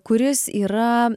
kuris yra